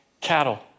cattle